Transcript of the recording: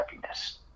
happiness